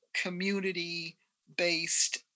community-based